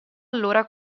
allora